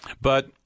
But-